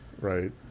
Right